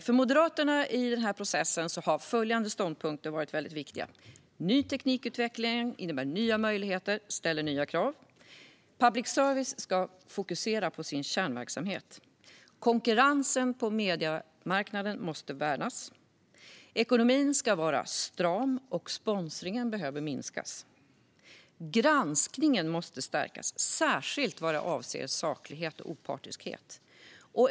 För Moderaterna har följande ståndpunkter varit viktiga i den här processen: Ny teknikutveckling innebär nya möjligheter och ställer nya krav. Public service ska fokusera på sin kärnverksamhet. Konkurrensen på mediemarknaden måste värnas. Ekonomin ska vara stram, och sponsringen behöver minskas. Granskningen måste stärkas, särskilt vad avser saklighet och opartiskhet.